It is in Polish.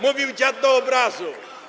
Mówił dziad do obrazu.